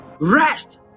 rest